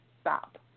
stop